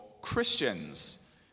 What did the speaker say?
Christians